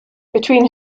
between